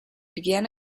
began